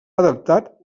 adaptat